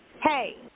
hey